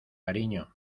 cariño